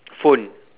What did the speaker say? phone